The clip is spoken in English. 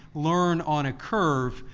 learn on a curve.